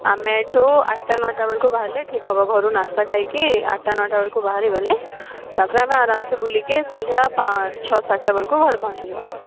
ଆମେ ଏଠୁ ଆଠଟା ନଅଟା ବେଳକୁ ବାହାରିଲେ ଠିକ ହେବ ଘରୁ ନାସ୍ତା ଖାଇକି ଆଠଟା ନଅଟା ବେଳକୁ ବାହାରିଗଲେ ତାପରେ ଆମେ ଆରମସେ ବୁଲିକି ସନ୍ଧ୍ୟା ପାଞ୍ଚ ଛଅ ସାତଟା ବେଳକୁ ଘରେ ପହଞ୍ଚିଯିବା